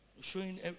showing